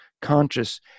conscious